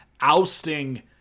ousting